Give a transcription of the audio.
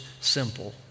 simple